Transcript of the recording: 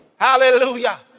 Hallelujah